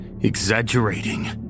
exaggerating